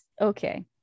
Okay